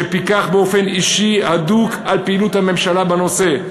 שפיקח באופן אישי, הדוק, על פעילות הממשלה בנושא.